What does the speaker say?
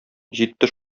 җитте